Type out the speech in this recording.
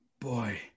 Boy